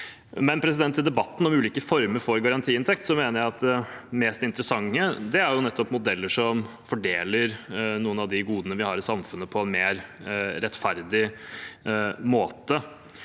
I debatten om ulike former for garantiinntekt mener jeg at det mest interessante er modeller som fordeler noen av de godene vi har i samfunnet, på en mer rettferdig måte.